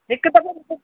हिकु दफ़ो मूंखे